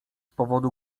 powodu